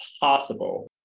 possible